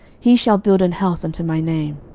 he shall build an house unto my name.